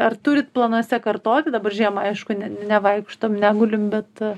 ar turit planuose kartoti dabar žiemą aišku ne nevaikštom negulim bet